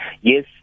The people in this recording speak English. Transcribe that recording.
Yes